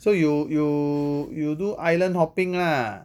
so you you you do island hopping lah